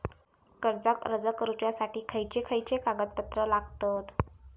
कर्जाक अर्ज करुच्यासाठी खयचे खयचे कागदपत्र लागतत